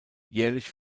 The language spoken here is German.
jährlich